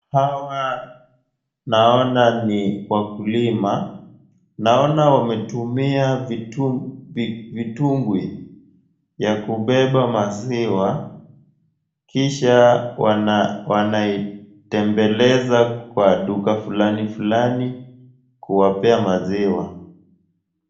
Hawa naona ni wakulima, naona wametumia vitungwi vya kubeba maziwa kisha wanaitembeza kwa duka fulani fulani kuwapea maziwa.